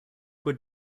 were